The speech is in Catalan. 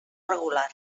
regular